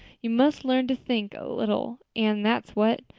you must learn to think a little, anne, that's what.